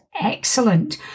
excellent